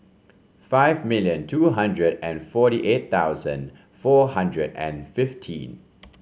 five million two hundred and forty eight thousand four hundred and fifteen